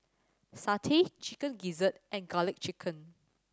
satay Chicken Gizzard and Garlic Chicken